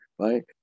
Right